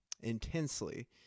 intensely